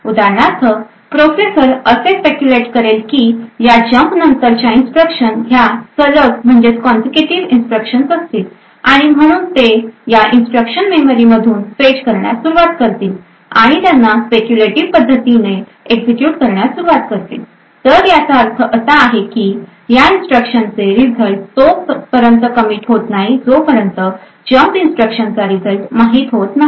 उदाहरणार्थ प्रोसेसर असे स्पेक्युलेट करेल की या जम्प नंतरच्या इन्स्ट्रक्शन ह्या सलग इन्स्ट्रक्शन असतील आणि म्हणून ते या इन्स्ट्रक्शन मेमरी मधून फेच करण्यास सुरुवात करतील आणि त्यांना स्पेक्युलेटीव पद्धतीने एक्झिक्युट करण्यास सुरुवात करतील तर याचा अर्थ असा आहे की या इन्स्ट्रक्शन चे रिझल्ट तो पर्यंत कमीट होत नाही जोपर्यंत जम्प इन्स्ट्रक्शन चा रिझल्ट माहित होत नाही